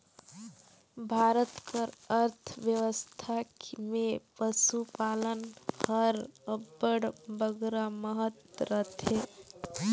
भारत कर अर्थबेवस्था में पसुपालन हर अब्बड़ बगरा महत रखथे